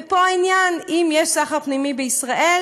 ופה העניין, אם יש סחר פנימי בישראל,